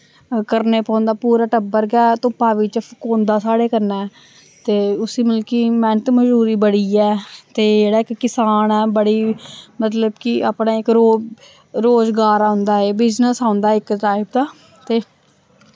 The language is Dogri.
करने पौंदा पूरा टब्बर गै धुप्पा बिच्च फकोंदा साढ़े कन्नै ते उस्सी मतलब कि मैह्नत मजदूरी बड़ी ऐ ते जेह्ड़ा इक कसान ऐ बड़ी मतलब कि अपने इक रोब रोजगार होंदा ऐ बिजनस होंदा इक टाइप दा ते